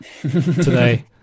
today